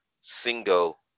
single